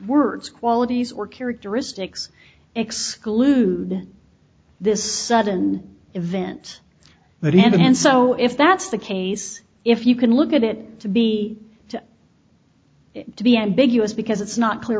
words qualities or characteristics exclude this sudden event that and so if that's the case if you can look at it to be to be ambiguous because it's not clear